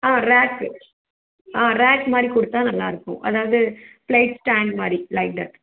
ஆ rack ஆ rack மாதிரி கொடுத்தா நல்லாயிருக்கும் அதாவது ப்ளேட் ஸ்டாண்ட் மாதிரி லைட்டு